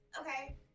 Okay